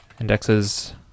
indexes